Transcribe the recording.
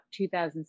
2007